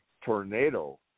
tornado